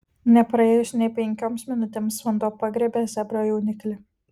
nepraėjus nė penkioms minutėms vanduo pagriebė zebro jauniklį